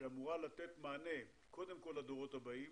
שאמורה לתת מענה קודם כל לדורות הבאים